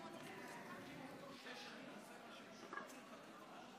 תוצאות ההצבעה: